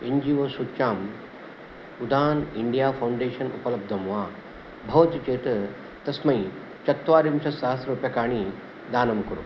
N G O सूच्यां Udaan India foundation उपलब्धं वा भवति चेत् तस्मै चत्वारिंशत् सहस्ररूप्यकाणि दानं कुरु